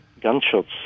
gunshots